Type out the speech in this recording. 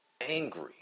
angry